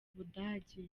budage